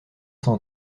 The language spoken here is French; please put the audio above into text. cent